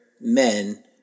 men